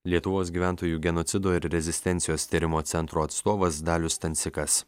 lietuvos gyventojų genocido ir rezistencijos tyrimo centro atstovas dalius stancikas